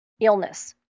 illness